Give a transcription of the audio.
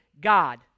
God